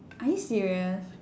are you serious